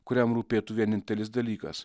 kuriam rūpėtų vienintelis dalykas